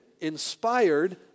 inspired